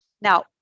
Now